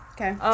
Okay